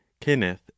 Kenneth